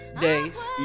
days